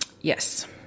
Yes